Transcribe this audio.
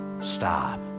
stop